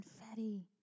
Confetti